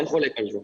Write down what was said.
ואין חולק על כך,